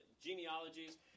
genealogies